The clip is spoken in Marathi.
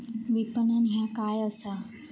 विपणन ह्या काय असा?